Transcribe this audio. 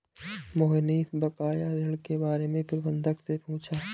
मोहनीश बकाया ऋण के बारे में प्रबंधक से पूछा